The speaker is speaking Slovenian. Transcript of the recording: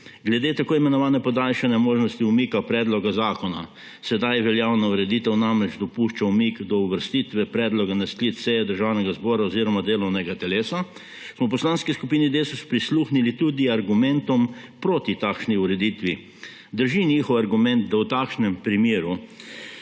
Glede tako imenovane podaljšane možnosti umika predloga zakona – zdaj veljavna ureditev namreč dopušča umik do uvrstitve predloga na sklic seje Državnega zbora oziroma delovnega telesa – smo v Poslanski skupini Desus prisluhnili tudi argumentom proti takšni ureditvi. Drži njihov argument, da v takšnem primeru